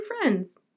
friends